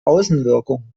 außenwirkung